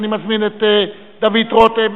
אני מזמין את דוד רותם,